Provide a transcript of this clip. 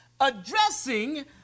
addressing